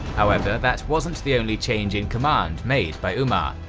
however, that wasn't the only change in command made by umar,